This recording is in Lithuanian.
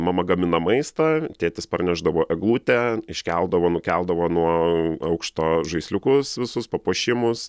mama gamina maistą tėtis parnešdavo eglutę iškeldavo nukeldavo nuo aukšto žaisliukus visus papuošimus